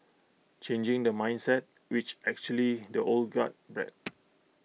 changing the mindset which actually the old guard bred